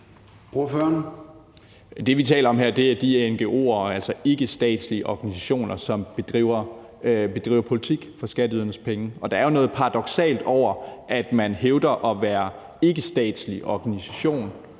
Det, vi taler om her, er de ngo'er, altså ikkestatslige organisationer, som bedriver politik for skatteydernes penge. Der er jo noget paradoksalt over, at man hævder at være en ikkestatslig organisation